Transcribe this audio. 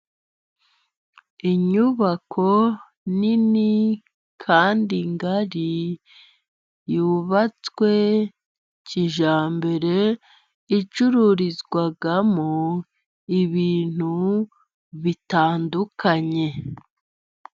Inyubako nini kandi ngari yubatswe kijyambere icurizwamo ibintu bitandukanye.